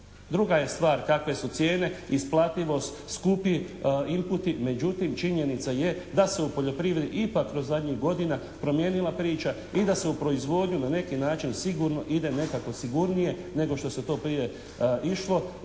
Druga je stvar kakve su cijene, isplativost …/Govornik se ne razumije./… Međutim, činjenica je da se u poljoprivredi ipak kroz zadnjih godina promijenila priča i da se u proizvodnju na neki način sigurno ide nekako sigurnije nego što se to prije išlo